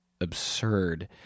absurd